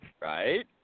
Right